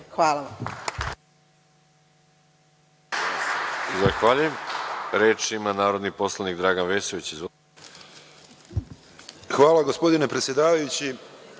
Hvala vam.